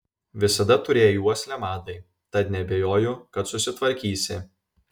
visada turėjai uoslę madai tad neabejoju kad susitvarkysi